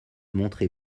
montrer